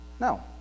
No